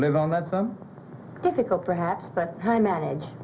live on that some difficult perhaps but i manage